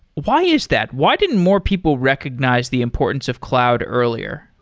why is that? why didn't more people recognize the importance of cloud earlier?